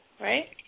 right